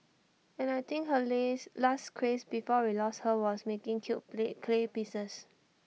and I think her last craze before we lost her was making cute clay pieces